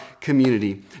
community